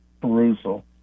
perusal